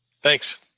Thanks